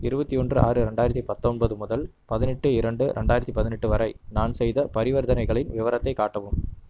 இருபத்தி ஒன்று ஆறு ரெண்டாயிரத்தி பத்தொம்பது முதல் பதினெட்டு இரண்டு ரெண்டாயிரத்தி பதினெட்டு வரை நான் செய்த பரிவர்த்தனைகளின் விவரத்தை காட்டவும்